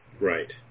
Right